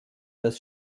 das